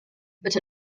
but